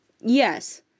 Yes